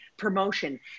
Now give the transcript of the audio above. promotion